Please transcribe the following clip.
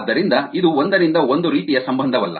ಆದ್ದರಿಂದ ಇದು ಒಂದರಿಂದ ಒಂದು ರೀತಿಯ ಸಂಬಂಧವಲ್ಲ